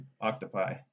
octopi